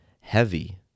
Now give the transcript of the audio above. heavy